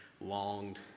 longed